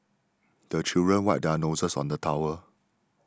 the children wipe their noses on the towel